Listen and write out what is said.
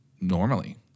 normally